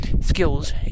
skills